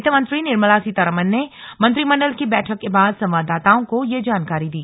वित्त मंत्री निर्मला सीतारामन ने मंत्रिमंडल की बैठक के बाद संवाददाताओं को यह जानकारी दी